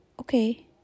okay